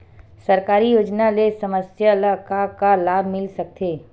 सरकारी योजना ले समस्या ल का का लाभ मिल सकते?